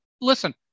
listen